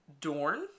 Dorn